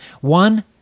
One